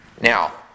Now